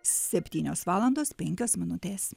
septynios valandos penkios minutės